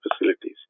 facilities